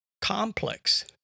complex